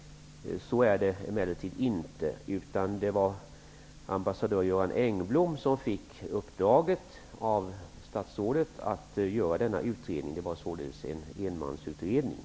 Så var det emellertid inte. Det var ambassadör Johan Engblom som fick i uppdrag av statsrådet att göra den aktuella utredningen, som således var en enmansutredning.